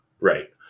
Right